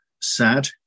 sad